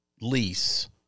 lease